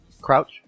Crouch